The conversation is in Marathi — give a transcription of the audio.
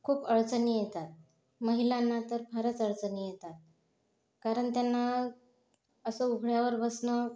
खूप अडचणी येतात महिलांना तर फारच अडचणी येतात कारण त्यांना असं उघड्यावर बसणं